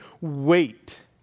wait